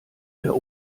der